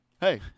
Hey